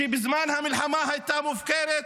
שבזמן המלחמה הייתה מופקרת,